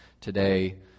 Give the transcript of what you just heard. today